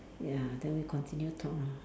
ya then we continue talk lah